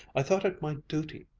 i thought it my duty.